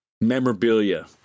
memorabilia